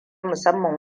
musamman